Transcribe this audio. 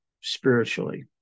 spiritually